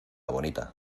bonita